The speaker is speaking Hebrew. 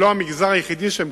זה לא המגזר היחידי שמקופח,